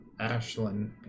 Ashlyn